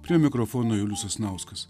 prie mikrofono julius sasnauskas